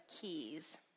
keys